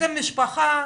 אתם משפחה,